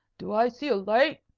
do i see a light?